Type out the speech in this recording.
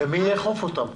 מי יאכוף אותן?